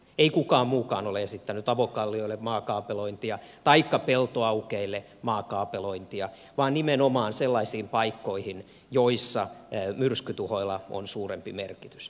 ei kukaan muukaan ole esittänyt avokallioille maakaapelointia taikka peltoaukeille maakaapelointia vaan nimenomaan sellaisiin paikkoihin joissa myrskytuhoilla on suurempi merkitys